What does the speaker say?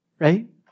right